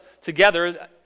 together